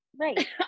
Right